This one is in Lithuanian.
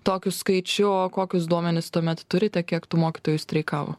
tokiu skaičiu o kokius duomenis tuomet turite kiek tų mokytojų streikavo